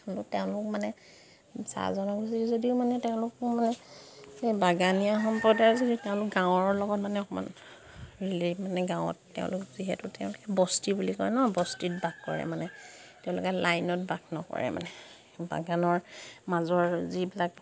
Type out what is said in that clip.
তেওঁলোক মানে চাহজনগোষ্ঠীৰ যদিও মানে তেওঁলোকো মানে এই বাগানীয়া সম্প্ৰদায়ৰ যদি তেওঁলোক গাঁৱৰ লগত মানে অকমান ৰিলে মানে গাঁৱত তেওঁলোক যিহেতু তেওঁলোকে বস্তি বুলি কয় ন বস্তিত বাস কৰে মানে তেওঁলোকে লাইনত বাস নকৰে মানে বাগানৰ মাজৰ যিবিলাক